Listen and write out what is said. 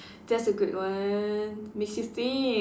that's a good one